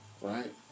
right